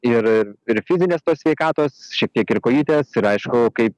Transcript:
ir ir ir fizinės tos sveikatos šiek tiek ir kojytės ir aišku kaip